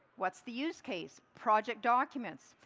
what's the use case? project documents.